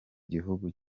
gihugu